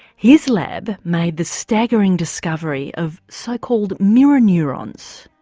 his lab made the staggering discovery of so-called mirror neurons.